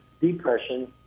depression